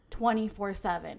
24-7